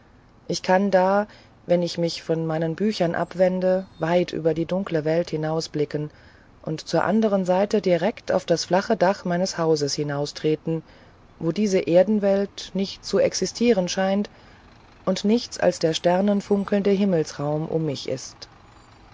ich kann da wenn ich mich von meinen büchern abwende weit über die dunkle welt hinausblicken und zur anderen seite direkt auf das flache dach meines hauses hinaustreten wo diese erdenwelt nicht zu existieren scheint und nichts als der sternenfunkelnde himmelsraum um mich ist